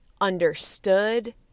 understood